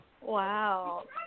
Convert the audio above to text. Wow